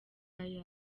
aya